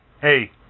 Hey